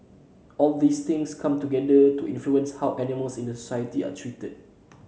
all these things come together to influence how animals in the society are treated